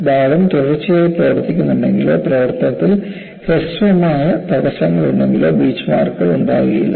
ഭാഗം തുടർച്ചയായി പ്രവർത്തിക്കുന്നുണ്ടെങ്കിലോ പ്രവർത്തനത്തിൽ ഹ്രസ്വമായ തടസ്സങ്ങളുണ്ടെങ്കിലോ ബീച്ച്മാർക്കുകൾ ഉണ്ടാകില്ല